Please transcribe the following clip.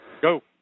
Go